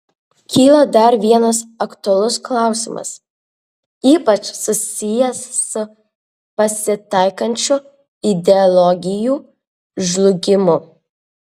kyla dar vienas aktualus klausimas ypač susijęs su pasitaikančiu ideologijų žlugimu